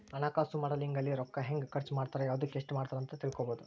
ಹಣಕಾಸು ಮಾಡೆಲಿಂಗ್ ಅಲ್ಲಿ ರೂಕ್ಕ ಹೆಂಗ ಖರ್ಚ ಮಾಡ್ತಾರ ಯವ್ದುಕ್ ಎಸ್ಟ ಮಾಡ್ತಾರ ಅಂತ ತಿಳ್ಕೊಬೊದು